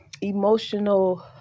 emotional